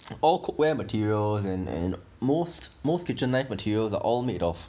all cookware materials and and most most kitchen knife materials are all made of